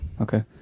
Okay